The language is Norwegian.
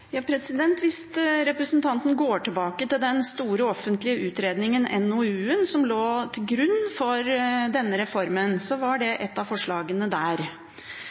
Ja, hvis representanten går tilbake til den store offentlige utredningen, NOU-en, som lå til grunn for denne reformen, var det ett av forslagene der.